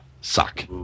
suck